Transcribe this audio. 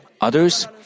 others